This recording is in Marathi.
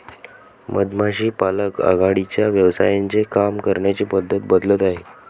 मधमाशी पालक आघाडीच्या व्यवसायांचे काम करण्याची पद्धत बदलत आहे